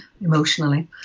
emotionally